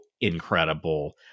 incredible